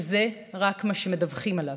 וזה רק מה שמדווחים עליו.